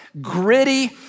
gritty